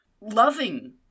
loving